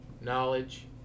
knowledge